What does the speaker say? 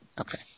Okay